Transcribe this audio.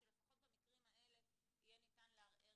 אז שלפחות במקרים האלה ניתן יהיה לערער